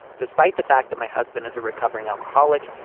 despite the fact that my husband is a recovering alcoholic.